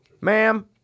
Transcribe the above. Ma'am